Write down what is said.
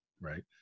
right